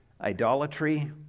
idolatry